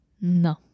No